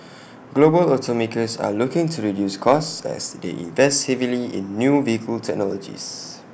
global automakers are looking to reduce costs as they invest heavily in new vehicle technologies